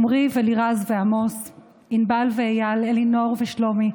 עומרי ולירז ועמוס, ענבל ואייל, אלינור ושלומי,